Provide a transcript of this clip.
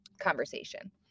conversation